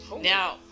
Now